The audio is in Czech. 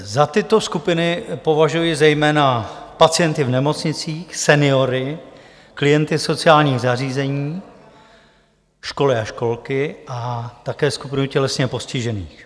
Za tyto skupiny považuji zejména pacienty v nemocnicích, seniory, klienty sociálních zařízení, školy a školky a také skupinu tělesně postižených.